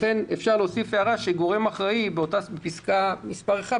לכן אפשר להוסיף הערה, בסיפה של פסקה (1)